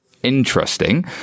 interesting